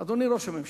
אדוני ראש הממשלה,